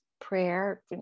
prayer